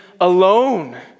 alone